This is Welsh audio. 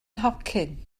nhocyn